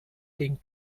ging